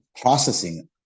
processing